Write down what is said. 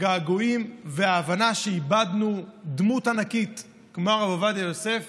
הגעגועים וההבנה שאיבדנו דמות ענקית כמו הרב עובדיה יוסף